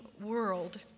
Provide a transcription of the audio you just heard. world